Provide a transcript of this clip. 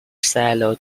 shiloh